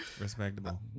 Respectable